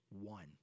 One